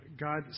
God